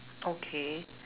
okay